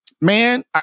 Man